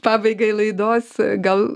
pabaigai laidos gal